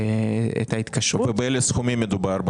אימאן, את רצית לשאול בעניין של השיכון?